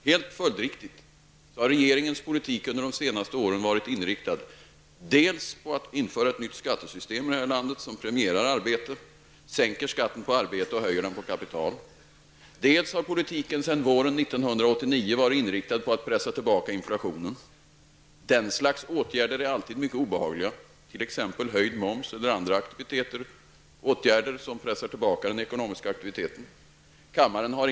Helt följdriktigt har för det första regeringens politik under de senaste åren varit inriktad på att i vårt land införa ett nytt skattesystem, som premierar arbete, sänker skatten på arbete och höjer den på kapital. För det andra har politiken sedan våren 1989 varit inriktad på att pressa tillbaka inflationen. Åtgärder som t.ex. momshöjningar som skall pressa tillbaka den ekonomiska aktiviteten är alltid mycket obehagliga.